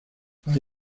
hay